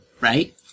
Right